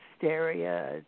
hysteria